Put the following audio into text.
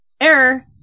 error